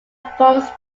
forms